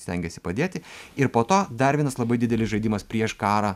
stengiasi padėti ir po to dar vienas labai didelis žaidimas prieš karą